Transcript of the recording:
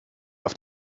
auf